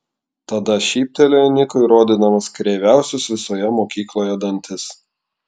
tada šyptelėjo nikui rodydamas kreiviausius visoje mokykloje dantis